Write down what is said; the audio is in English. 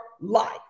life